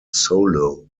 solo